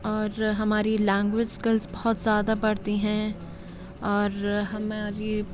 اور ہماری language skills بہت زیادہ بڑھتی ہیں اور ہماری